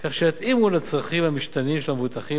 כך שיתאימו לצרכים המשתנים של המבוטחים